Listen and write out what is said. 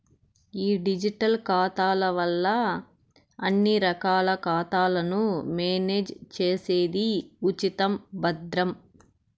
ఈ డిజిటల్ ఖాతాల వల్ల అన్ని రకాల ఖాతాలను మేనేజ్ చేసేది ఉచితం, భద్రం